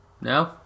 No